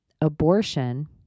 abortion